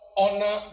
honor